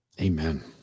Amen